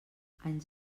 anys